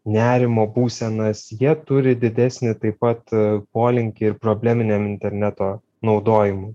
nerimo būsenas jie turi didesnį taip pat polinkį ir probleminiam interneto naudojimui